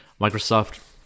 Microsoft